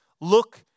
Look